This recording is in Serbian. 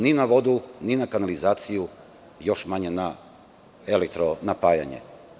Ni na vodu, ni na kanalizaciju, još manje na elitro napajanje.